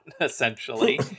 essentially